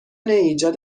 ایجاد